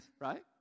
right